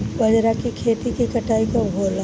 बजरा के खेती के कटाई कब होला?